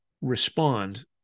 respond